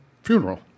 Funeral